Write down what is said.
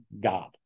God